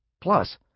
Plus